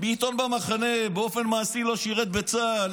בעיתון במחנה, באופן מעשי לא שירת בצה"ל.